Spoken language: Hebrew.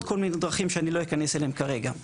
כל מיני דרכים שאני לא אכנס אליהן כרגע.